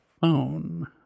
phone